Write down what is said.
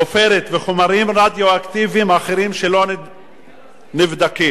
עופרת וחומרים רדיואקטיביים אחרים, שלא נבדקים.